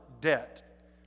debt